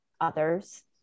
others